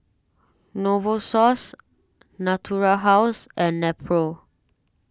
Novosource Natura House and Nepro